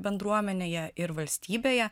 bendruomenėje ir valstybėje